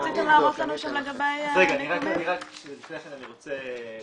מה רציתם להראות לנו שם לגבי --- לפני כן אני רוצה משפט